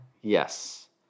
Yes